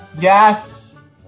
Yes